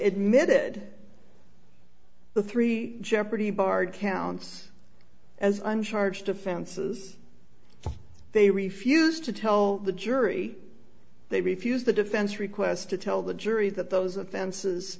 mid the three jeopardy barred counts as i'm charged defenses they refused to tell the jury they refused the defense request to tell the jury that those offenses